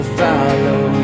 follow